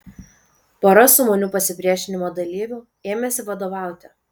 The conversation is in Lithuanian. pora sumanių pasipriešinimo dalyvių ėmėsi vadovauti